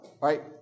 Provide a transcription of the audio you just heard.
right